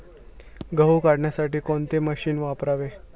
गहू काढण्यासाठी कोणते मशीन वापरावे?